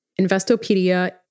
Investopedia